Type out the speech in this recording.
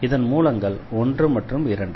இதன் மூலங்கள் 1 மற்றும் 2